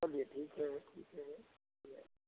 चलिए ठीक है ठीक है हाे जाए